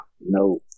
no